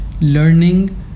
learning